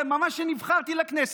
ממש כשנבחרתי לכנסת,